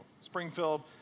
Springfield